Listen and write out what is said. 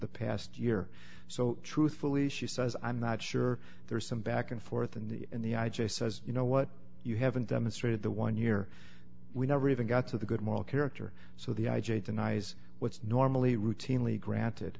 the past year or so truthfully she says i'm not sure there is some back and forth and in the i just says you know what you haven't demonstrated the one year we never even got to the good moral character so the i j a denies what's normally routinely granted